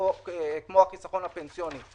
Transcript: כמו החיסכון הפנסיוני,